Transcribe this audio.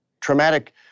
traumatic